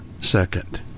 second